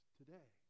today